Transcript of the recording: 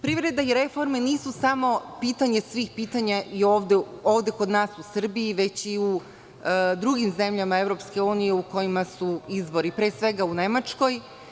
Privreda i reforme nisu samo pitanje svih pitanja ovde kod nas u Srbiji, već i u drugim zemljama EU u kojima su izbori, pre svega u Nemačkoj.